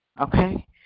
okay